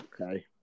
Okay